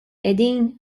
qegħdin